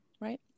Right